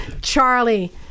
charlie